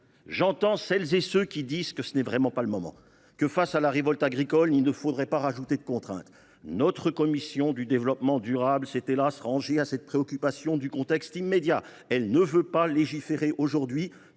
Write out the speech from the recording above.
j’entends celles et ceux qui disent que ce n’est vraiment pas le moment, que, face à la révolte agricole, il ne faudrait pas ajouter de contraintes. Notre commission du développement durable s’est, hélas ! rendue à cette préoccupation du contexte immédiat : elle ne veut pas légiférer aujourd’hui,